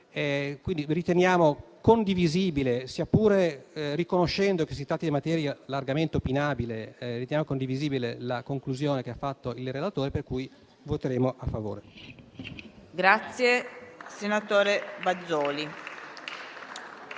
quindi riteniamo condivisibile, sia pur riconoscendo che si tratti di materia largamente opinabile, la conclusione che ha esposto il relatore. Pertanto, voteremo a favore.